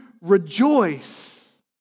rejoice